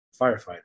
firefighter